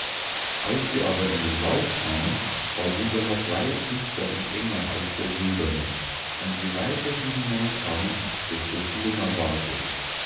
als sie aber in den wald kamen war dieser noch weit dichter und enger als der silberne und je weiter sie hineinkamen desto schlimmer ward es